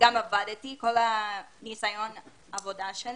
כל ניסיון העבודה שלי,